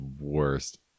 worst